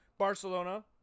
barcelona